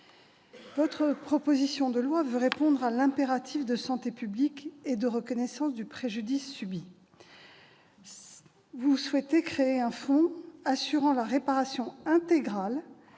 Votre proposition de loi vise à répondre à un impératif de santé publique et de reconnaissance du préjudice subi. Vous souhaitez créer un fonds assurant la réparation intégrale